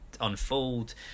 unfold